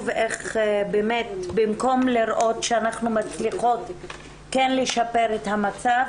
איך באמת במקום לראות שאנחנו מצליחות כן לשפר את המצב,